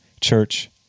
church